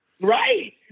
Right